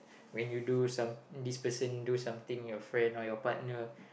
when you do this person do something to your friend or your partner